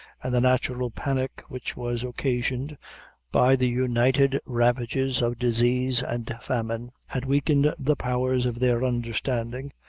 and the natural panic which was occasioned by the united ravages of disease and famine, had weakened the powers of their understanding,